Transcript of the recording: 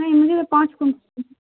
نہیں ان مجھے پانچ ک